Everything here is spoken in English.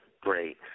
great